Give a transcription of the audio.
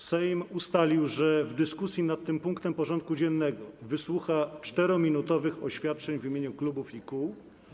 Sejm ustalił, że w dyskusji nad tym punktem porządku dziennego wysłucha 4-minutowych oświadczeń w imieniu klubów i kół.